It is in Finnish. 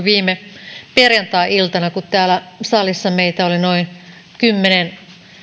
viime perjantai iltana kun täällä salissa meitä oli noin kymmenen